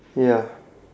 ya